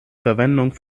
verwendung